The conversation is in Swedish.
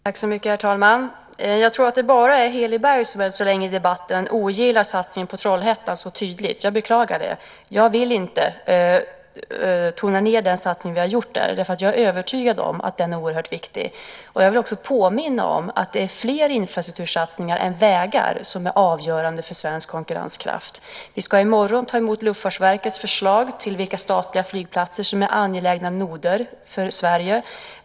Herr talman! Jag tror att det än så länge bara är Heli Berg som så tydligt ogillar satsningen på Trollhättan. Jag beklagar att hon gör det. Jag vill inte tona ned den satsning vi har gjort där. Jag är övertygad om att den är oerhört viktig. Jag vill också påminna om att det är fler infrastruktursatsningar än vägar som är avgörande för svensk konkurrenskraft. I morgon ska vi ta emot Luftfartsverkets förslag till vilka statliga flygplatser som är angelägna noder för Sverige.